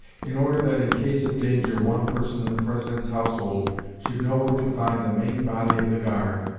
in order that in case of danger one person in the president's household should know where to find the main body of the guard,